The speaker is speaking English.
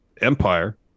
Empire